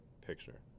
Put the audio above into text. picture